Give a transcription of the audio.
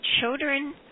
children